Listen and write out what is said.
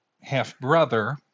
half-brother